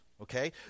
okay